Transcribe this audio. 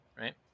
right